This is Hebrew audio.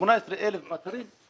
18,000 אתרים?